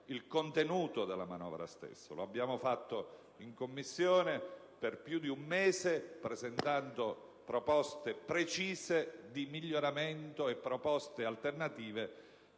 il contenuto della manovra stessa. Lo abbiamo fatto in Commissione per più di un mese, presentando proposte precise di miglioramento e proposte alternative